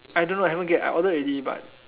I don't know I haven't get I ordered already but